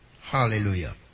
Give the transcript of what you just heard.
hallelujah